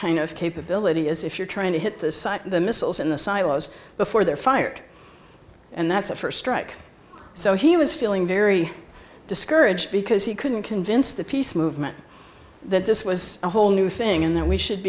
kind of capability is if you're trying to hit the site the missiles in the silos before they're fired and that's a first strike so he was feeling very discouraged because he couldn't convince the peace movement that this was a whole new thing in that we should